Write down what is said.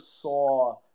saw